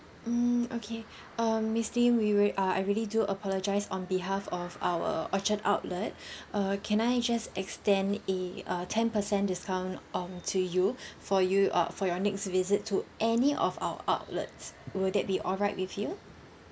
mm okay um miss lim we were uh I really do apologise on behalf of our orchard outlet err can I just extend a uh ten percent discount on to you for you err for your next visit to any of our outlets will that be alright with you